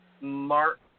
Mark